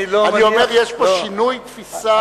אני אומר: יש פה שינוי תפיסה מהותי.